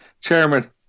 chairman